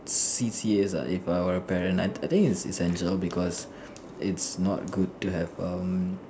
C_C_A's ah if I were a parent I I think it's essential because it's not good to have um